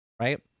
right